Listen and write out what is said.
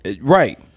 Right